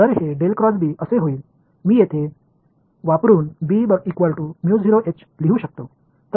तर हे असे होईल मी हे इथे वापरुन लिहू शकतो